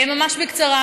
ממש בקצרה.